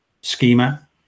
schema